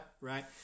right